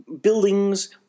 buildings